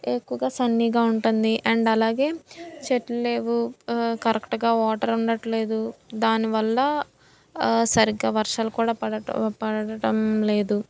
ఎక్కువగా సన్నీగా ఉంటుంది అండ్ అలాగే చెట్లు లేవు కరెక్టుగా వాటర్ ఉండట్లేదు దానివల్ల సరిగ్గా వర్షాలు కూడా పడ్డట్టు పడటం లేదు